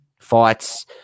fights